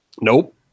Nope